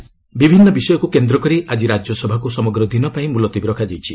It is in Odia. ପାର୍ଲାମେଣ୍ଟ ବିଭିନ୍ନ ବିଷୟକୁ କେନ୍ଦ୍ରକରି ଆକି ରାଜ୍ୟସଭାକୁ ସମଗ୍ର ଦିନ ପାଇଁ ମୁଲତବୀ ରଖାଯାଇଛି